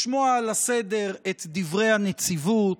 לשמוע על הסדר את דברי הנציבות,